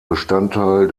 bestandteil